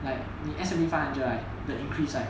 like 你 S&P five hundred like the increase right